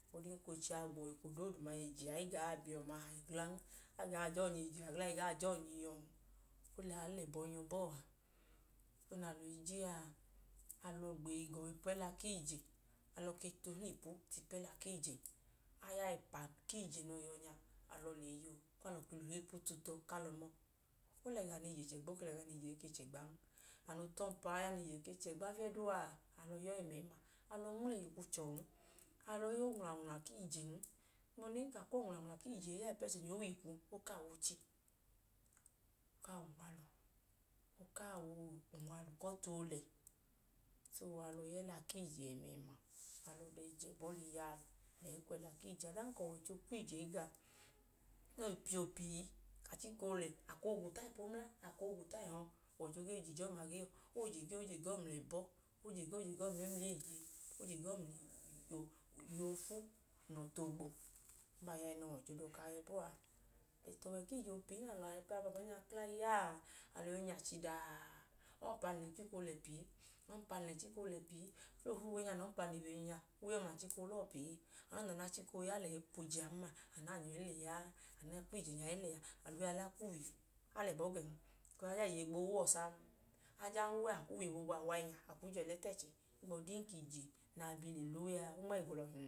Ohigbọdin ka oche a da uwọ eko doodu ije a i gaa bi uwọ mahayi glan. A gaa je ọnyẹ ijen, a gaa jọnyẹ iyuwọn. Oliya, a lẹ ẹbọn yọ bọọ a. Oliya, alọ gbeyi gọọ tu ipu ẹla ku ije, alọ ke tu ohilipu ipu ẹla ku ije. Aya ẹpa ku ije noo yọ nya, alọ lẹ eyi yọọ, ku alọ lẹ ohilipu tu tọ ku alọ mọọ. O lẹ ẹga nẹ ije chẹgba, o ke lẹ ẹga nẹ ije i ke chẹgban. Aya nẹ ije ke chẹgba fiyẹ duu a, alọ nmleyikwu chọn, alọ ya onwlanwla ku ijen. Ohigbu ọdinka a kwu onwlanwla ku ije i ya ipu ẹchin ba a, o wẹ ikwu o kaa wẹ oche. O kaa wẹ oomahayi ku ọtu ku ije oolẹ. So, alọ ya ẹla ku ije ẹmẹẹma, alọ bee je ẹbọ lẹ iyalọ lẹ ẹyi kwu ẹla ku ije. Ọdanka ọwọicho kwu ije i gawọ, noo i piya opii, a koo gwuta ipu umla, a koo gwuta ẹhọ, ọwọicho gee je ije ọma ge lẹ uwọ. O i je ge ọ, o je ge ọ mla ẹbọ, o je ge ọ mẹmla eeye, o je ge ọ mla iye oofu mla ọtu oogbo. Ọma aya nẹ ọwọicho dọka a ya bọọ a. Bẹt ọwẹ ku ije opii, na alọ baabaa dọka ba i ya a, a yọi nya chidaa. Ọmpam lẹ ng chika oolẹ pii, ọmpam lẹ ng chika oolẹ pii. Uwe nẹ ọmpam le wiye nya, uwe ọma ng chika oola ọọ pii. Anu nẹ ọda na chika ooya lẹyi kwu ije a n ma, anu n anyọ i le ya a. A lẹ uwe a la a. A lẹ ẹbọ gẹn. Ajọọ yan iye gboo wa uwọ saa. A jọọ yan uwe a, a kwuu wiye boobu a wa inya, a kwu jẹẹlẹ ta ẹchẹ ohigbu ọdin ka ije na bi le la uwe a, a lẹ ọọ nmẹga olọhin